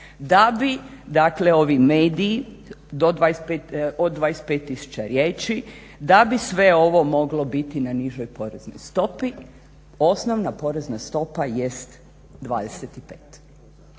Da bi dakle ovi mediji do 25, od 25 tisuća riječi, da bi sve ovo moglo biti na nižoj poreznoj stopi, osnovna porezna stopa jest 25.